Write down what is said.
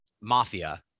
mafia